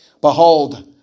Behold